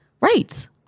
right